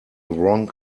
wrong